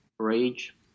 rage